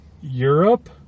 Europe